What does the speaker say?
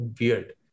weird